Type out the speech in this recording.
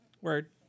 word